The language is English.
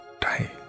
die